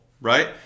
right